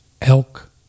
elk